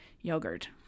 yogurt